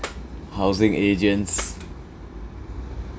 housing agents